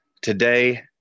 Today